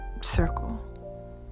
circle